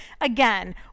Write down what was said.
again